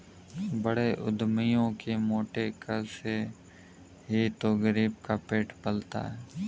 बड़े उद्यमियों के मोटे कर से ही तो गरीब का पेट पलता है